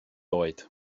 oed